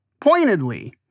pointedly